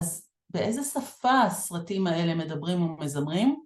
אז באיזה שפה הסרטים האלה מדברים ומזמרים?